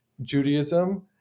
Judaism